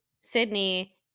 Sydney